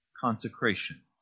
consecration